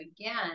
again